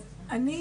אז אני,